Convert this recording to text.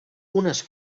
unes